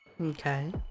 Okay